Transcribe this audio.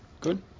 good